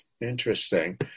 interesting